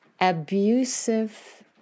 abusive